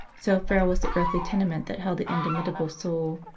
so frail was the earthly tenement that held the indomitable soul.